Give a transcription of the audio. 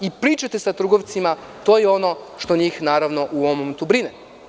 I pričate sa trgovcima a to je ono što njih u ovom momentu brine.